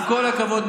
עם כל הכבוד,